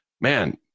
man